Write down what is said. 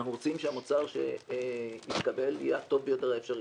אנחנו רוצים שהמוצר שיתקבל יהיה הטוב ביותר האפשרי.